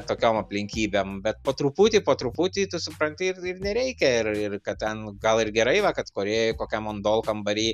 tokiom aplinkybėm bet po truputį po truputį tu supranti ir ir nereikia ir ir kad ten gal ir gerai va kad korėjoj kokiam ondol kambary